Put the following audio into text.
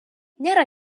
nėra